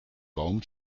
baum